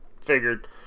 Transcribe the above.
figured